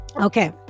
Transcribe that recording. okay